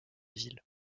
ville